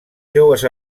seues